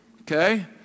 Okay